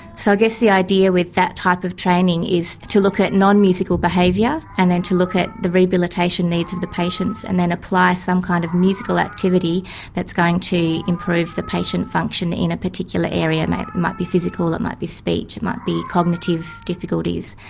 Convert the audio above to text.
so guess the idea with that type of training is to look at non-musical behaviour and then to look at the rehabilitation needs of the patients and then apply some kind of musical activity that's going to improve the patient function in a particular area, it might be physical or it might be speech, it might be cognitive difficulties.